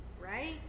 right